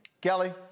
Kelly